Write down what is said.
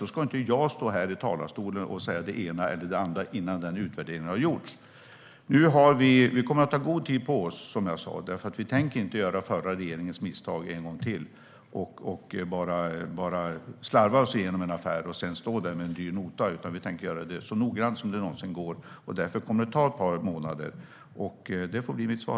Då ska inte jag stå här i talarstolen och säga det ena eller det andra innan den utvärderingen har gjorts. Vi kommer att ta god tid på oss. Vi tänker inte göra om den förra regeringens misstag en gång till och slarva oss igenom en affär och sedan stå där med en dyr nota, utan vi tänker göra detta så noggrant som det någonsin går. Därför kommer det att ta ett par månader. Det får bli mitt svar.